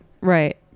Right